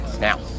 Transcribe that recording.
now